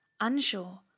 unsure